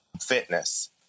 fitness